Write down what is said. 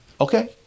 okay